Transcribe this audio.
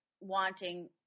wanting